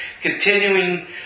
continuing